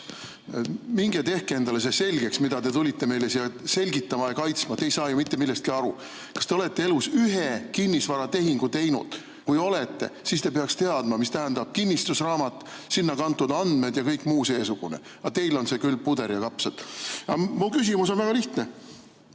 Minge tehke endale selgeks, mida te tulite meile siia selgitama ja kaitsma! Te ei saa ju mitte millestki aru. Kas te olete elus ühe kinnisvaratehingu teinud? Kui olete, siis te peaksite teadma, mida tähendab kinnistusraamat, sinna kantud andmed ja kõik muu seesugune, aga teil on see küll nagu puder ja kapsad. Mu küsimus on väga lihtne.